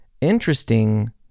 interesting